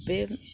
बे